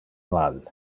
mal